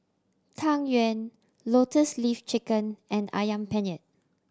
Tang Yuen Lotus Leaf Chicken and Ayam Penyet